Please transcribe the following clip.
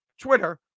Twitter